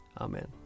Amen